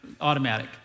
Automatic